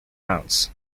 rounds